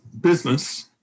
business